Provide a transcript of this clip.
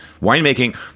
winemaking